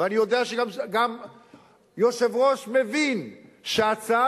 ואני יודע שגם היושב-ראש מבין שההצעה